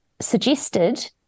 suggested